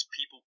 people